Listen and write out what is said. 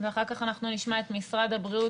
אחר כך אנחנו נשמע את משרד הבריאות